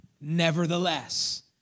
Nevertheless